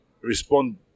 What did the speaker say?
respond